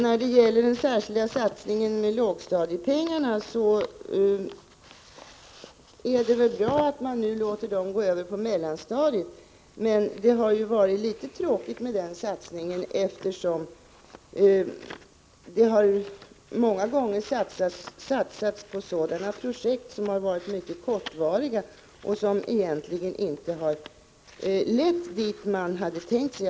När det gäller den särskilda satsningen med lågstadiepengarna är det väl bra att man nu låter anslagen gå över till mellanstadiet, men det har varit litet tråkigheter med den satsningen, eftersom det många gånger har satsats på sådana projekt som har varit mycket kortvariga och som egentligen inte har lett dit man hade tänkt sig.